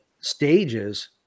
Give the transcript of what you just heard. stages